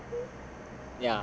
err ya